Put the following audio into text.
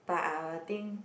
but I will think